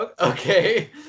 okay